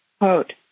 quote